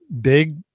big